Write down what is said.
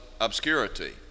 obscurity